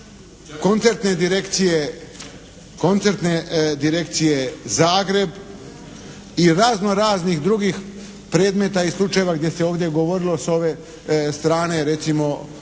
koncertne direkcije Zagreb i razno raznih drugih predmeta i slučajeva gdje se ovdje govorilo s ove strane recimo